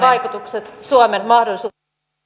vaikutukset suomen